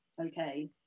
okay